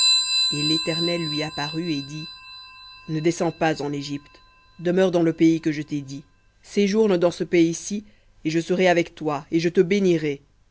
et l'éternel lui apparut et dit ne descends pas en égypte demeure dans le pays que je t'ai dit séjourne dans ce pays-ci et je serai avec toi et je te bénirai